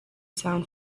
sound